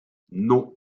non